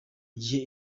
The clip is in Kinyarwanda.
gihe